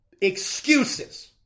Excuses